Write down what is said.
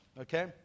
okay